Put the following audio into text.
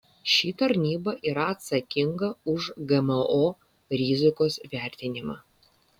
ši tarnyba yra atsakinga už gmo rizikos vertinimą